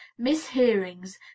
mishearings